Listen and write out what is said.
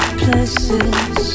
places